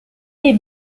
les